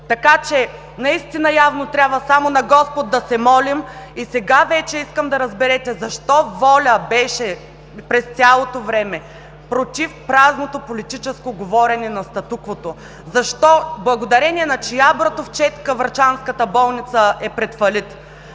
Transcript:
Така че наистина явно трябва само на Господ да се молим и сега вече искам да разберете защо „Воля“ беше през цялото време против празното политическо говорене на статуквото. Защо, благодарение на чия братовчедка, врачанската болница е пред фалит?